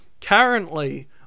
currently